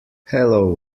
hello